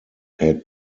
had